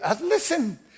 listen